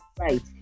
right